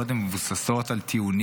כל עוד הן מבוססות על טיעונים,